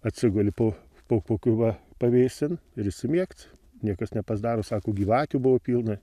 atsiguli po po kokių va pavėsin ir įsimiegt niekas nepasdaro sako gyvatių buvo pilna